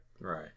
Right